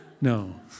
No